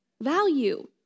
value